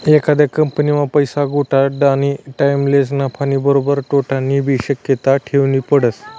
एखादी कंपनीमा पैसा गुताडानी टाईमलेच नफानी बरोबर तोटानीबी शक्यता ठेवनी पडस